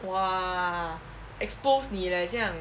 !wah! exposed 你 leh 这样